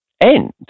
end